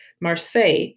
Marseille